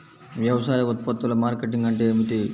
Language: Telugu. వ్యవసాయ ఉత్పత్తుల మార్కెటింగ్ అంటే ఏమిటి?